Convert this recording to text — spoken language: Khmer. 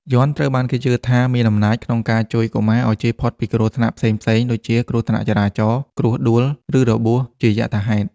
យ័ន្តត្រូវបានគេជឿថាមានអំណាចក្នុងការជួយកុមារឱ្យជៀសផុតពីគ្រោះថ្នាក់ផ្សេងៗ ដូចជាគ្រោះថ្នាក់ចរាចរណ៍ គ្រោះដួល ឬរបួសជាយថាហេតុ។